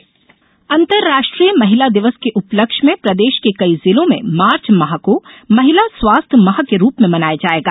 स्वास्थ्य माह अन्तर्राष्ट्रीय महिला दिवस के उपलक्ष्य में प्रदेश के कई जिलों में मार्च माह को महिला स्वास्थ्य माह के रूप में मनाया जायेगा